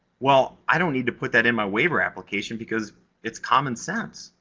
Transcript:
well, i don't need to put that in my waiver application, because it's common sense.